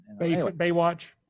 Baywatch